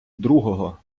другого